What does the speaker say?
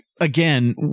Again